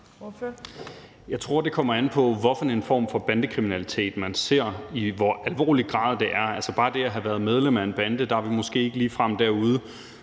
Jeg tror, det kommer an på, hvilken form for bandekriminalitet man ser, altså i hvor alvorlig grad det er. Altså, i forhold til det bare at have været medlem af en bande er vi måske ikke ligefrem derude.